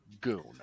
goon